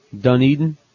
Dunedin